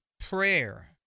prayer